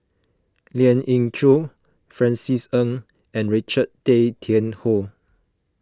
Lien Ying Chow Francis Ng and Richard Tay Tian Hoe